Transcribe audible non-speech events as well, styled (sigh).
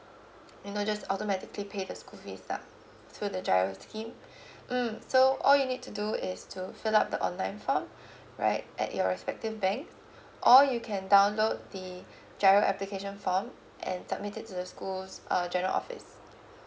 you know just automatically pay the school fee stuff through the giro scheme (breath) mm so all you need to do is to fill up the online form (breath) right at your respective bank (breath) or you can download the (breath) giro application form and submitted to the school's uh general office